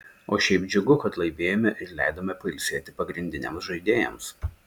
o šiaip džiugu kad laimėjome ir leidome pailsėti pagrindiniams žaidėjams